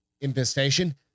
Infestation